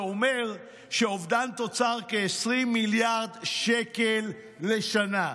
זה אומר אובדן תוצר של כ-20 מיליארד שקל לשנה.